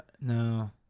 No